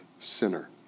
sinner